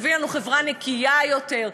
שתביא לנו חברה נקייה יותר,